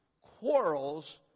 quarrels